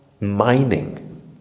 mining